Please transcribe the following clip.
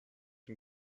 him